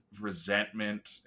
resentment